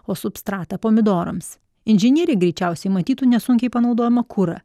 o substratą pomidorams inžinieriai greičiausiai matytų nesunkiai panaudojamą kurą